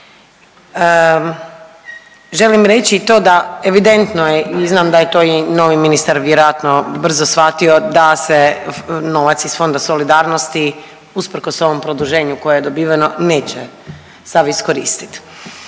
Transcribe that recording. želim reći i to da, evidentno je i znam da je to i novi ministar vjerojatno brzo shvatio, da se novac iz Fonda solidarnosti usprkos ovom produženju koje je dobiveno, neće sav iskoristit.